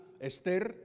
Esther